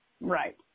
Right